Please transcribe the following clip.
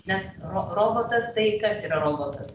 nes robotas tai kas yra robotas